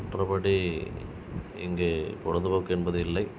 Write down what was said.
மற்றப்படி இங்கு பொழுதுபோக்கு என்பது இல்லை